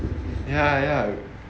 ya ya